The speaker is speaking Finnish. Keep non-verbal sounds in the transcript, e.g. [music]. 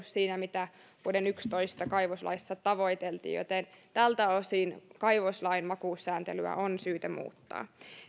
[unintelligible] siinä mitä vuoden kaksituhattayksitoista kaivoslaissa tavoiteltiin joten tältä osin kaivoslain vakuussääntelyä on syytä muuttaa